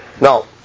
Now